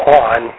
on